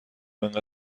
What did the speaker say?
انقدر